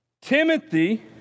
Timothy